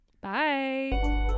Bye